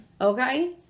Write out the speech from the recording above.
Okay